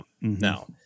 now